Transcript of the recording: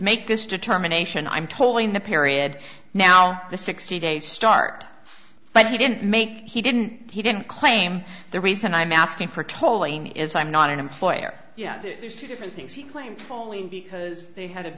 make this determination i'm tolling the period now the sixty days start but he didn't make he didn't he didn't claim the reason i'm asking for tolling is i'm not an employer yet there's two different things he claimed only because they had